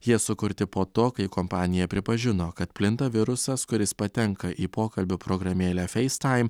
jie sukurti po to kai kompanija pripažino kad plinta virusas kuris patenka į pokalbių programėlę facetime